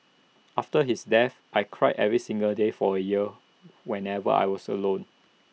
after his death I cried every single day for A year whenever I was alone